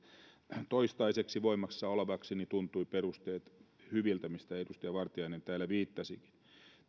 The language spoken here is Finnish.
tehdään toistaiseksi voimassa olevaksi tuntuivat perusteet hyviltä mihin edustaja vartiainen täällä viittasikin